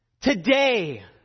Today